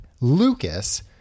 Lucas